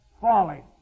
falling